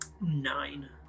Nine